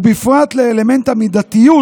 ובפרט לאלמנט המידתיות